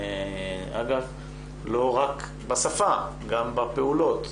אגב, זה לא רק בשפה, אלא גם בפעולות.